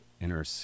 inner